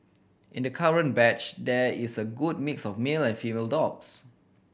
in the current batch there is a good mix of male and female dogs